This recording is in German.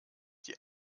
die